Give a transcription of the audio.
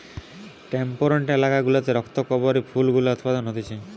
temperate এলাকা গুলাতে রক্ত করবি ফুল গুলা উৎপাদন হতিছে